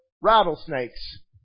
rattlesnakes